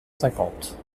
cinquante